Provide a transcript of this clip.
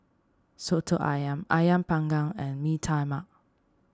Soto Ayam Ayam Panggang and Mee Tai Mak